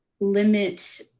limit